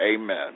amen